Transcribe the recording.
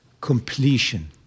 completion